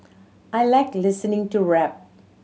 I like listening to rap